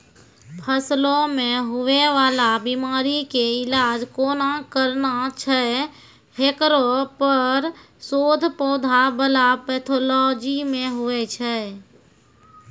फसलो मे हुवै वाला बीमारी के इलाज कोना करना छै हेकरो पर शोध पौधा बला पैथोलॉजी मे हुवे छै